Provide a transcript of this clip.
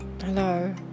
hello